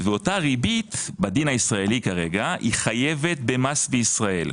ואותה ריבית בדין הישראלי כרגע חייבת במס בישראל.